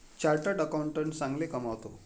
chartered accountant चांगले कमावतो